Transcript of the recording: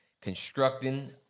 constructing